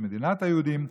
שהיא מדינת היהודים,